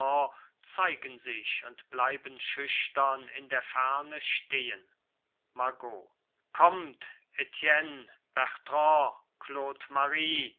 zeigen sich und bleiben schüchtern in der ferne stehen margot kommt